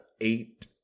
eight